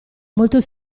molto